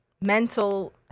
Mental